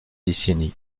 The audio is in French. décennies